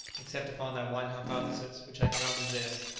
except upon that one hypothesis, which i cannot resist,